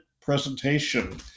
presentation